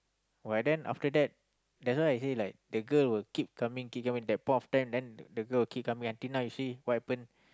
why then after that that's why I say like the girl will keep coming keep coming that point of time then the girl will coming until now you see what happen